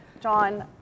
John